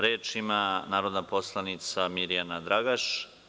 Reč ima narodni poslanik Mirjana Dragaš.